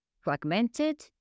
fragmented